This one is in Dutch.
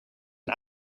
een